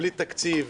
בלי תקציב,